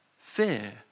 fear